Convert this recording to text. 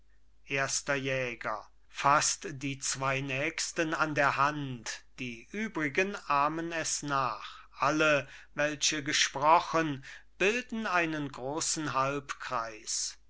erster jäger faßt die zwei nächsten an der hand die übrigen ahmen es nach alle welche gesprochen bilden einen großen halbkreis